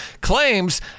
claims